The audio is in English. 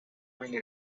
many